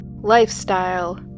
lifestyle